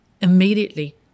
immediately